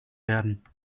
werden